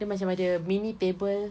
dia macam ada mini table